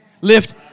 Lift